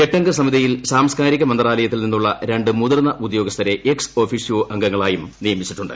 എട്ടംഗ സമിതിയിൽ സാംസ്കാരിക മന്ത്രാലയത്തിൽ നിന്നുള്ള രണ്ട് മുതിർന്ന ഉദ്യോഗസ്ഥരെ എക്സ് ഒഫിഷ്യോ അംഗങ്ങളായും നിയമിച്ചിട്ടുണ്ട്